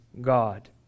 God